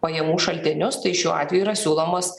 pajamų šaltinius tai šiuo atveju yra siūlomas